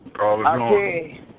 Okay